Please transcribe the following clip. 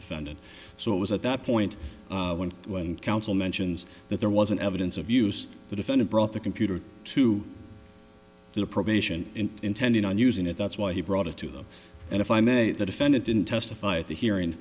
defendant so it was at that point when when counsel mentions that there was an evidence of use the defendant brought the computer to the probation intending on using it that's why he brought it to them and if i may the defendant didn't testify at the hearing